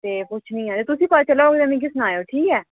ते पुच्छनी आं अगर तुसेंगी पता चलेआ तां मिगी सनाएओ ठीक ऐ